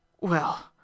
Well